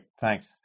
Thanks